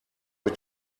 mit